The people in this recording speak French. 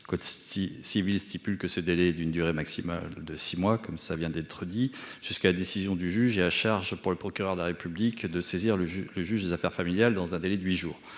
Le code civil dispose que ce délai, d'une durée maximale de six mois, court jusqu'à la décision du juge. Charge alors au procureur de la République de saisir le juge aux affaires familiales dans un délai de huit jours.